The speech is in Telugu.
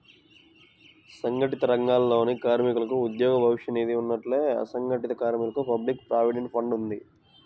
సంఘటిత రంగాలలోని కార్మికులకు ఉద్యోగ భవిష్య నిధి ఉన్నట్టే, అసంఘటిత కార్మికులకు పబ్లిక్ ప్రావిడెంట్ ఫండ్ ఉంది